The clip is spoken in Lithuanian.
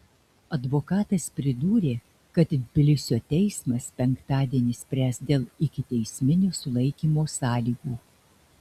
advokatas pridūrė kad tbilisio teismas penktadienį spręs dėl ikiteisminio sulaikymo sąlygų